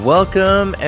Welcome